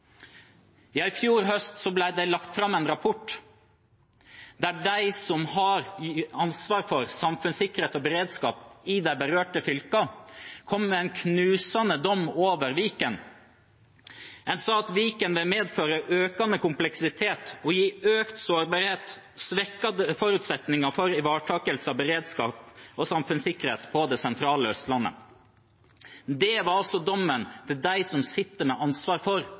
I fjor høst ble det lagt fram en rapport der de som har ansvar for samfunnssikkerhet og beredskap i de berørte fylkene, kommer med en knusende dom over Viken. En sa at Viken vil medføre økende kompleksitet og gi økt sårbarhet, svekkede forutsetninger for ivaretakelse av beredskap og samfunnssikkerhet på det sentrale Østlandet. Det var altså dommen fra dem som sitter med ansvar for